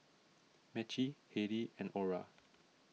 Maci Hailey and Orra